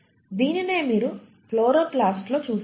దీనినే మీరు క్లోరోప్లాస్ట్ లో చూస్తారు